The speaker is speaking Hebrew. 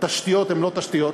התשתיות הן לא תשתיות,